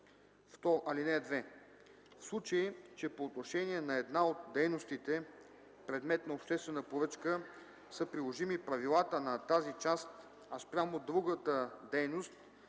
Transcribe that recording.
В случай че по отношение на една от дейностите – предмет на обществена поръчка, са приложими правилата на тази част, а спрямо другата дейност